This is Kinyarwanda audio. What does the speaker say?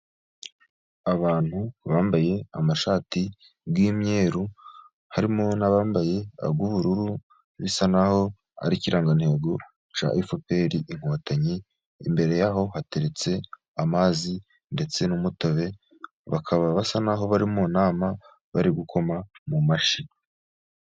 Abantu bambaye amashati y'imyeru harimo n'abambaye ay'ubururu bisa naho ari ikirangantego cya FPR inkotanyi, imbere yaho hateretse amazi ndetse n'umutobe bakaba basa naho bari mu nama, bari gukoma mu mashi.